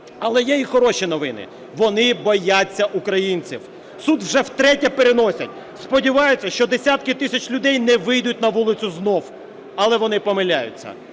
Але є і хороші новини: вони бояться українців, суд вже втретє переносять, сподіваються, що десятки тисяч людей не вийдуть на вулицю знов. Але вони помиляються,